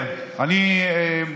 עם בן גביר וסמוטריץ' ואנשים כמוך?